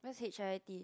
what's H I T